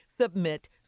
Submit